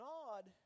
Nod